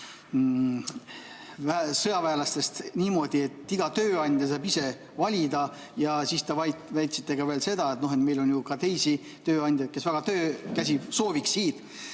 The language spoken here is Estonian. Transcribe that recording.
sõjaväelaste kohta niimoodi, et iga tööandja saab ise valida. Ja siis te väitsite veel seda, et meil on ju ka teisi tööandjaid, kes väga töökäsi sooviksid.